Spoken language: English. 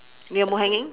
lei jau mou hanging